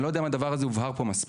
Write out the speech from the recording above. אני לא יודע אם הדבר הזה הובהר פה מספיק.